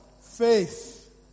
Faith